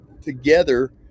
together